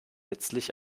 letztlich